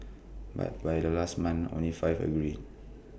but by the last month only five agreed